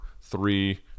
three